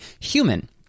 human